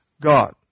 God